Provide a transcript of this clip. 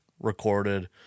recorded